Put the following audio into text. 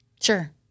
Sure